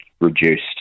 reduced